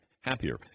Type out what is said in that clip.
happier